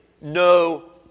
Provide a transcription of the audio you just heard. no